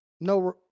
no